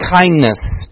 kindness